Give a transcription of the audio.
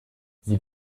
sie